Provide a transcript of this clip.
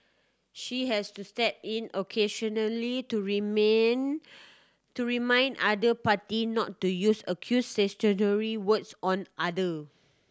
she has to step in occasionally to remain to remind other party not to use accusatory words on other